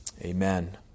Amen